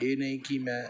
ਇਹ ਨਹੀਂ ਕਿ ਮੈਂ